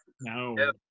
no